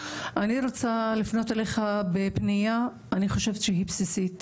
רוצה לפנות אליך בפניה אני חושב שהיא בסיסית.